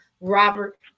Robert